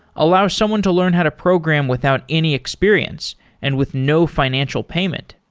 allows someone to learn how to program without any experience and with no financial payment.